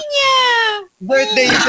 Birthday